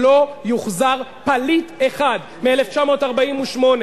שלא יוחזר פליט אחד מ-1948.